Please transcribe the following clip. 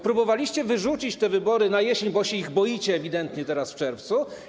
Próbowaliście wyrzucić te wybory na jesień, bo się ich ewidentnie boicie teraz, w czerwcu.